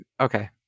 okay